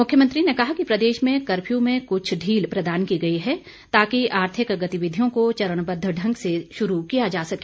मुख्यमंत्री ने कहा कि प्रदेश में कफ्र्यू में कुछ ढील प्रदान की गई है ताकि आर्थिक गतिविधियों को चरणबद्व ढंग से शुरू किया जा सके